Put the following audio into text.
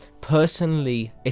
Personally